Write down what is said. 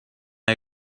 her